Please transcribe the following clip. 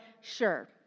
sure